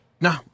No